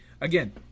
again